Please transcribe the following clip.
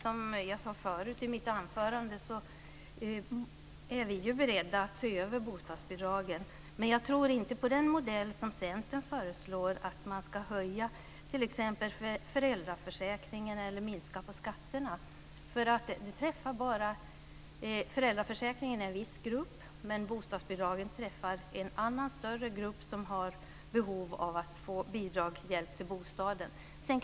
Herr talman! Som jag sade i mitt anförande är vi beredda att se över bostadsbidraget, men jag tror inte på den modell som Centern föreslår, dvs. att man t.ex. ska höja ersättningen i föräldraförsäkringen eller minska skatterna. Föräldraförsäkringen träffar bara en viss grupp, men bostadsbidraget träffar en större grupp som har behov att få bidrag till bostadskostnaden.